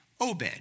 Obed